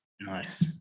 Nice